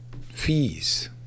fees